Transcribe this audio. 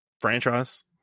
franchise